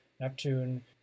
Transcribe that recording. Neptune